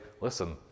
listen